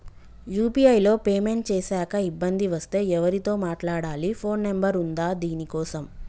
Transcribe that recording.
UPI లో payment చేశాక ఇబ్బంది వస్తే ఎవరితో మాట్లాడాలి? ఫోన్ నంబర్ ఉందా దీనికోసం?